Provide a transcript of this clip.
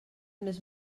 més